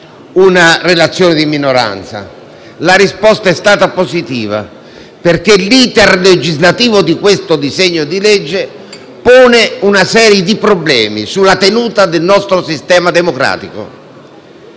una relazione di minoranza e la risposta è stata positiva, perché l'*iter* legislativo di questo disegno di legge pone una serie di problemi sulla tenuta del nostro sistema democratico.